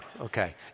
Okay